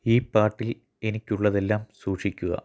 ഈ പാട്ടിൽ എനിക്കുള്ളതെല്ലാം സൂക്ഷിക്കുക